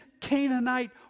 Canaanite